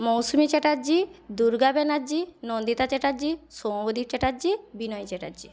Mousumi Chatterjee Durga Banerjee Nandita Chatterjee Soumyadip Chatterjee Binoy Chatterjee